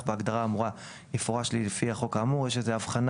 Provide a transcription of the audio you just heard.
בהגדרה האמורה יפורש לפי החוק האמור; יש איזו הבחנה